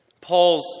Paul's